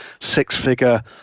six-figure